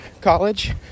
college